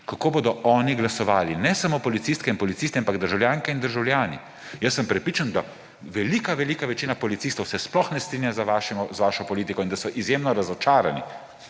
ko bodo oni glasovali. Ne samo policistke in policisti, ampak državljanke in državljani. Jaz sem prepričan, da velika velika večina policistov se sploh ne strinja z vašo politiko in da so izjemno razočarani